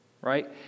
right